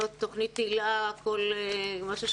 תוכנית היל"ה וכל התוכניות האחרות.